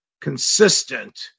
consistent